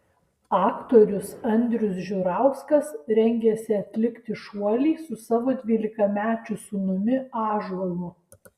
aktorius andrius žiurauskas rengiasi atlikti šuolį su savo dvylikamečiu sūnumi ąžuolu